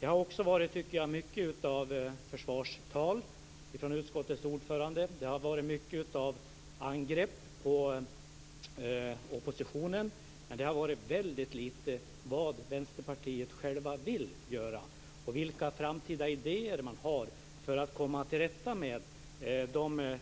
Det har varit, tycker jag, mycket av försvarstal från utskottets ordförande. Det har varit många angrepp på oppositionen, men det har sagts väldigt lite om vad Vänsterpartiet självt vill göra och om vilka framtida idéer man har för att komma till rätta med de